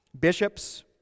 Bishops